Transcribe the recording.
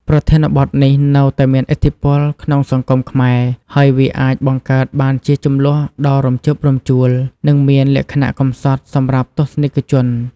ប្រធានបទនេះនៅតែមានឥទ្ធិពលក្នុងសង្គមខ្មែរ ហើយវាអាចបង្កើតបានជាជម្លោះដ៏រំជើបរំជួល និងមានលក្ខណៈកំសត់សម្រាប់ទស្សនិកជន។